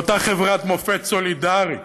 ואותה חברת מופת סולידרית,